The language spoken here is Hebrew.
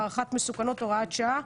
והערכת מסוכנות הוראת שעה),